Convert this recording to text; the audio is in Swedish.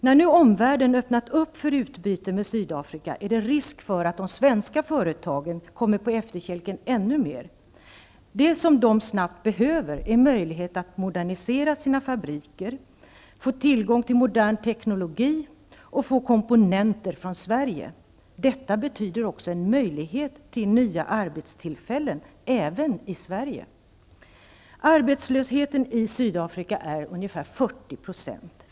När nu omvärlden öppnat för utbyte med Sydafrika, är det risk för att de svenska företagen kommer på efterkälken ännu mera. Det som de snabbt behöver är möjlighet att modernisera sina fabriker, få tillgång till modern teknologi och få komponenter från Sverige. Detta betyder också en möjlighet till nya arbetstillfällen även i Arbetslösheten i Sydafrika är ungefär 40 %.